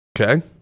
okay